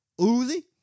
Uzi